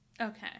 Okay